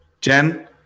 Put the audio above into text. Jen